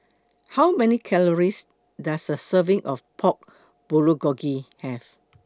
How Many Calories Does A Serving of Pork Bulgogi Have